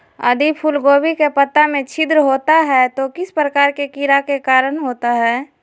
यदि फूलगोभी के पत्ता में छिद्र होता है तो किस प्रकार के कीड़ा के कारण होता है?